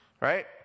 Right